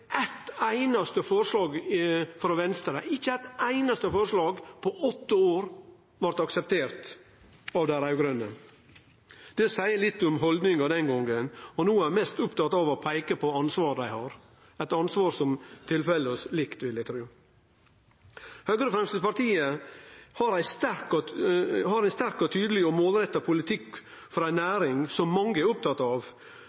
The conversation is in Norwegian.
eitt einaste forslag frå Venstre – ikkje eitt einaste forslag på åtte år – vart akseptert av dei raud-grøne. Det seier litt om haldninga den gongen. No er ein mest oppteken av å peike på ansvaret ein har, eit ansvar som eg vil tru fell likt på oss. Høgre og Framstegspartiet har ein sterk, tydeleg og målretta politikk for ei næring som mange er opptatt av,